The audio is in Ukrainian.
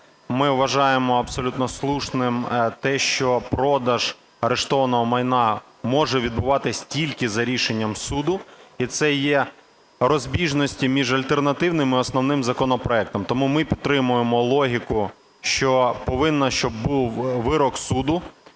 Ми вважаємо абсолютно слушним те, що продаж арештованого майна може відбуватись тільки за рішенням суду. І це є розбіжності між альтернативним і основним законопроектами. Тому ми підтримуємо логіку, що повинно, щоб був вирок суду,